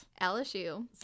LSU